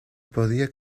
podía